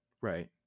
Right